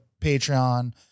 Patreon